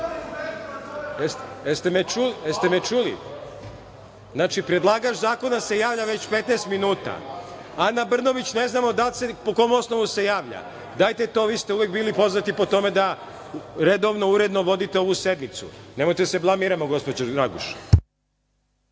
treba. Znači, predlagač zakona se javlja već 15 minuta. Ana Brnabić ne znam po kom osnovu se javlja? Dajte, vi ste uvek bili poznati po tome da redovno i uredno vodite sednicu, nemojte da se blamiramo, gospođo Raguš.